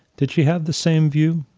did she have the same view?